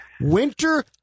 winter